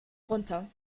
runter